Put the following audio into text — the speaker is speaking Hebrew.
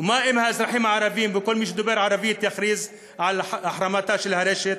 ומה אם האזרחים הערבים וכל מי שדובר ערבית יכריז על החרמת הרשת?